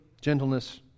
gentleness